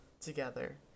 together